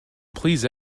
please